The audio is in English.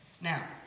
Now